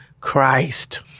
Christ